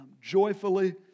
joyfully